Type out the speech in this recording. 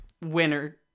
winner